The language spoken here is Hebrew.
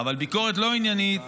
אבל ביקורת לא עניינית